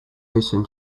recent